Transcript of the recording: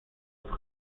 صدق